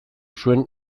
zuen